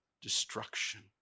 destruction